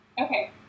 Okay